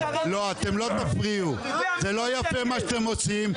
אתם לא תפריעו, זה לא יפה מה שאתם עושים.